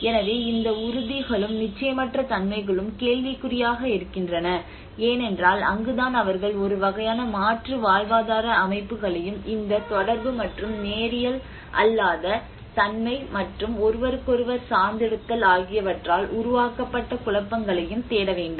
எனவே இந்த உறுதிகளும் நிச்சயமற்ற தன்மைகளும் கேள்விக்குறியாக இருக்கின்றன ஏனென்றால் அங்குதான் அவர்கள் ஒரு வகையான மாற்று வாழ்வாதார அமைப்புகளையும் இந்த தொடர்பு மற்றும் நேரியல் அல்லாத தன்மை மற்றும் ஒருவருக்கொருவர் சார்ந்திருத்தல் ஆகியவற்றால் உருவாக்கப்பட்ட குழப்பங்களையும் தேட வேண்டும்